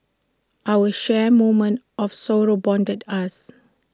our shared moment of sorrow bonded us